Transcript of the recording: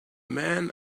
man